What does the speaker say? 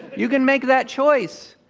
you can make that choice.